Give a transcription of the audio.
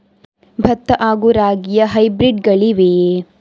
ಭತ್ತ ಹಾಗೂ ರಾಗಿಯ ಹೈಬ್ರಿಡ್ ಗಳಿವೆಯೇ?